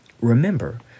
Remember